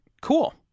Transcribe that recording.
cool